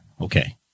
Okay